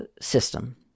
system